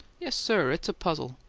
yes, sir, it's a puzzle.